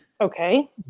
Okay